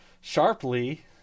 Sharply